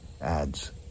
adds